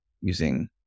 using